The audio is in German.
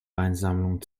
weinsammlung